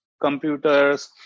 computers